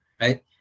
right